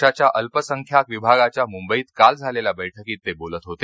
पक्षाच्या अल्पसंख्याक विभागाच्या मुंबईत काल झालेल्या बैठकीत ते बोलत होते